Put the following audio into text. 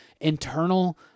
internal